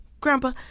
Grandpa